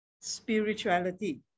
spirituality